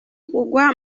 kugwa